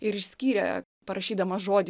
ir išskyrė parašydamas žodį